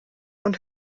und